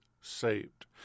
saved